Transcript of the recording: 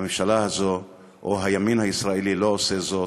הממשלה הזו או הימין הישראלי לא עושה זאת,